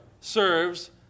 serves